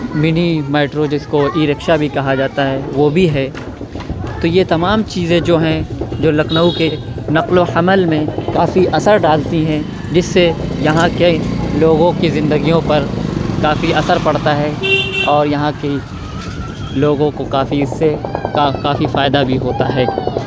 منی metro جس کو e rickshaw بھی کہا جاتا ہے وہ بھی ہے تو یہ تمام چیزیں جو ہیں جو لکھنؤ کے نقل و حمل میں کافی اثر ڈالتی ہیں جس سے یہاں کے لوگوں کی زندگیوں پر کافی اثر پڑتا ہے اور یہاں کی لوگوں کو کافی اس سے کا کافی فائدہ بھی ہوتا ہے